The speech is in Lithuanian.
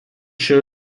šio